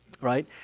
Right